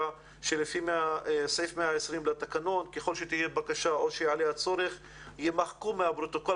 שלפי סעיף 120 לתקנות ככל שתהיה בקשה או שיעלה הצורך יימחקו מהפרוטוקול